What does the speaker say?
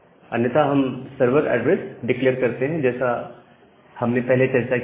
अन्यथा हम server address declare करते हैं जैसा हमने पहले चर्चा की थी